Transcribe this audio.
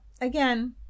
Again